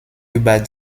über